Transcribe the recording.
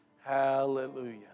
Hallelujah